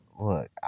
look